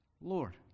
Lord